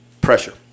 Pressure